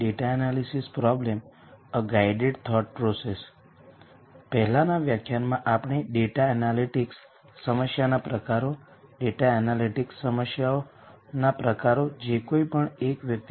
data science માટેના linear algebra પરનાં પ્રવચનોનીશ્રેણીનું આ છેલ્લું વ્યાખ્યાન છે